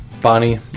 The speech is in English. Bonnie